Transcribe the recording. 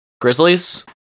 Grizzlies